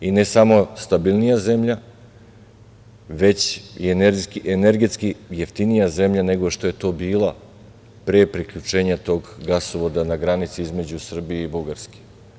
Ne samo stabilnija zemlja, već i energetski jeftinija nego što je to bila pre priključenja tog gasovoda na granici između Srbije i Bugarske.